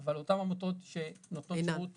אבל אותן עמותות שנותנות שירות